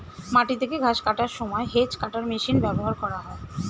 মাটি থেকে ঘাস কাটার সময় হেজ্ কাটার মেশিন ব্যবহার করা হয়